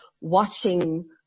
watching